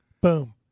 boom